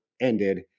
ended